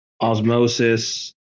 osmosis